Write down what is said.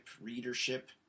readership